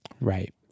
Right